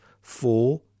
four